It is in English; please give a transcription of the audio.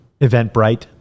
Eventbrite